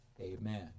Amen